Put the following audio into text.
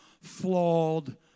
flawed